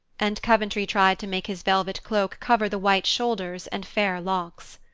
and coventry tried to make his velvet cloak cover the white shoulders and fair locks.